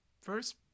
First